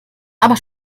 aber